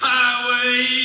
Highway